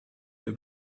der